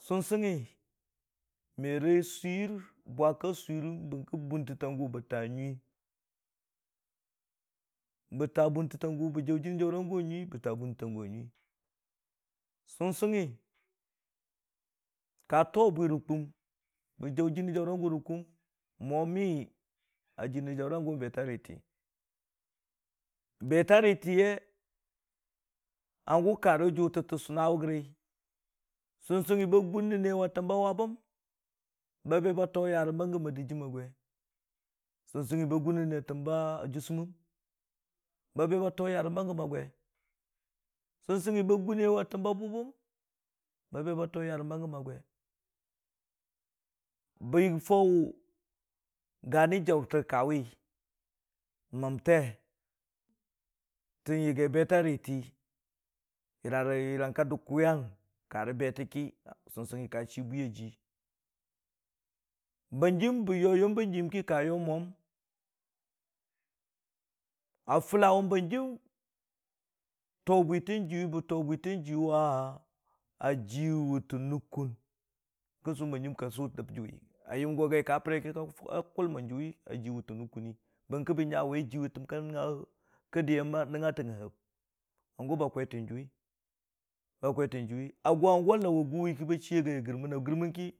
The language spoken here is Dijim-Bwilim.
Sɨngsɨngngi merə swir rə bwa ka swirən bəng kə bə ta bʊntə ta gʊ a nyui, bə ta bʊntə ta gʊ bə jaʊ jɨnii jaʊrang gʊ a nyui bə ta bʊntə ta gʊ a nyui. Sɨngnsɨngngi ka too bwi rə kʊm bə jaʊ jɨnii jaurang gʊ nən kuum, mwani a jɨnii jaʊrang gʊ n'beta riiti, beta riiti ye hangʊ ka rə jutə tə sʊnnawʊ gəri, sɨngsɨngngi ba gʊn nɨn ne wa təm ba wabəm ba bɨ ba too yarəm banggəm a dijum a gun sɨngsɨngngi gʊn nɨn ne wa təm ba jʊsʊ mən ba be ba too yarə ba gəm a gwi, sɨngnsɨngi ba gʊn nɨn ne wa təm ba bʊbəm ba be ba too yarəm ba gəm a gwi, bə faʊ gani jaʊrtə ka wi, məmte tən yaggi beta riiti, yər riiyang ka dʊg kwiwang, ka rə betə ki sɨngsɨngngi ka səg bwi a jii, Hanjim bə yoyom ba jiyəm ki ka yo mwam, a fʊla wʊ hanjim bə too bwi tang jiyu ki, bə too bwitang jiyʊ wa, a jɨwʊ tən nʊkkʊn, kən nənni chuu hanjim ka sʊ dəb jʊwi a yəm go gai ka bəre ki, kə ka kʊlmi jʊwi a jiwʊ tən nʊngkʊnni, bəng kə bə nya wai jɨhi təm ka diye matangnga hab, hangʊ ba kwaitən jʊwi, ba kwaitən jʊwi a gwa hangʊ a lauwi a guwi ki ba chii ya gai.